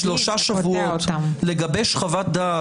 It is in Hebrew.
איפה יש נציגים של לשכת עורכי הדין?